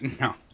No